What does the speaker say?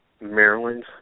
Maryland